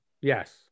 Yes